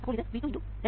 അപ്പോൾ ഇത് V2 x 2